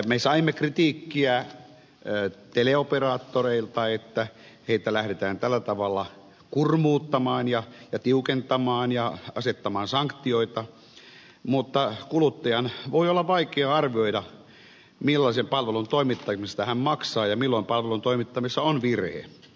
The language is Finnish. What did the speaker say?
me saimme kritiikkiä teleoperaattoreilta että lähdetään tällä tavalla heitä kurmuuttamaan ja tiukentamaan ja asettamaan sanktioita mutta kuluttajan voi olla vaikea arvioida millaisen palvelun toimittamisesta hän maksaa ja milloin palvelun toimittamisessa on virhe